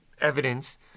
evidence